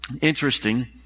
Interesting